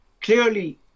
clearly